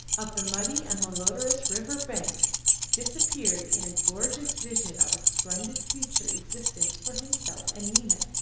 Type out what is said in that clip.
of the muddy and malodorous river bank disappeared in a gorgeous vision of a splendid future existence for himself and nina.